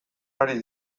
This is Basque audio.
ari